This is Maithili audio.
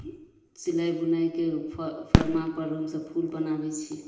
सिलाइ बुनाइके फरमा पर हमसभ फूल बनाबै छी